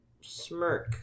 smirk